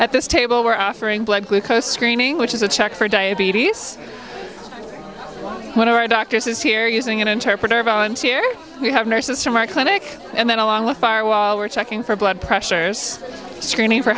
at this table we're offering blood glucose screening which is a check for diabetes one of our doctors is here using an interpreter volunteer we have nurses from our clinic and then along the firewall we're checking for blood pressures screening for